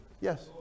Yes